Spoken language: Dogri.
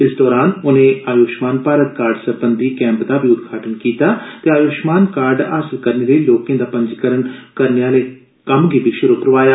इस दौरान उनें आयुष्मान भारत कार्ड सरबंधी कैम्प दा बी उदघाटन कीता ते आय्ष्मान कार्ड हासल करने लेई लोकें दा पंजीकरण करने आहला कम्म श्रु करोआया